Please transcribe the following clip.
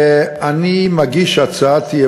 הכנסת, כרגיל ביום שני אנחנו נפתח בהצעות